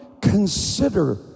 consider